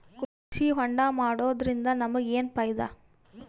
ಕೃಷಿ ಹೋಂಡಾ ಮಾಡೋದ್ರಿಂದ ನಮಗ ಏನ್ ಫಾಯಿದಾ?